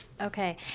okay